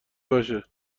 باشه